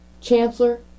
Chancellor